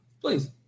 Please